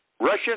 Russian